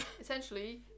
essentially